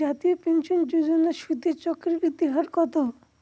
জাতীয় পেনশন যোজনার সুদের চক্রবৃদ্ধি হার কত?